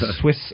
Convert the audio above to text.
Swiss